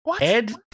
Ed